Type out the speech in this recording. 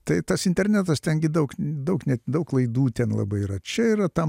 tai tas internetas tengi daug daug net daug klaidų ten labai yra čia yra ta